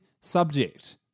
Subject